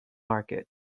market